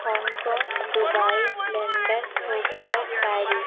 Hong Kong Dubai London Tokyo Paris